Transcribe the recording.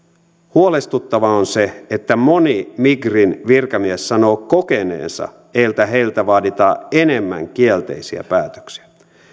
huolestuttavaa on se että moni migrin virkamies sanoo kokeneensa että heiltä vaaditaan enemmän kielteisiä päätöksiä